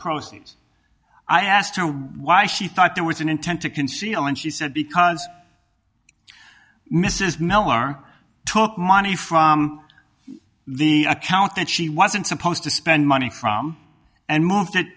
proceeds i asked her why she thought there was an intent to conceal and she said because mrs miller took money from the account that she wasn't supposed to spend money from and moved it